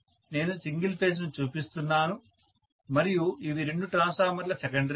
నేను single phase ను చూపిస్తున్నాను మరియు ఇవి రెండు ట్రాన్స్ఫార్మర్ల సెకండరీలు